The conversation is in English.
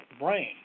brain